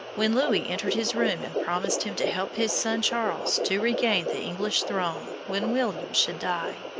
when louis entered his room and promised him to help his son charles to regain the english throne when william should die.